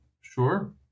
sure